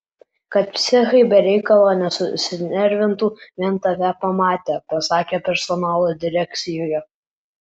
kad psichai be reikalo nesusinervintų vien tave pamatę pasakė personalo direkcijoje